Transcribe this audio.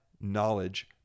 knowledge